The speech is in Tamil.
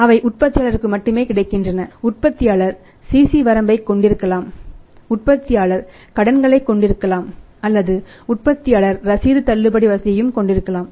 அவை உற்பத்தியாளருக்கு மட்டுமே கிடைக்கின்றன உற்பத்தியாளர் CC வரம்பைக் கொண்டிருக்கலாம் உற்பத்தியாளர் கடன்களைக் கொண்டிருக்கலாம் அல்லது உற்பத்தியாளர் ரசீது தள்ளுபடி வசதியையும் கொண்டிருக்கலாம்